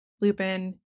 Lupin